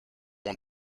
want